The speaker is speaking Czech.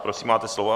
Prosím, máte slovo.